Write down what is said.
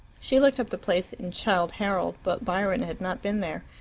she looked up the place in childe harold, but byron had not been there.